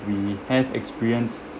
we have experience